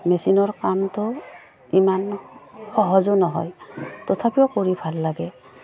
মেচিনৰ কামটো ইমান সহজো নহয় তথাপিও কৰি ভাল লাগে